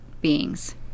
beings